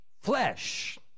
flesh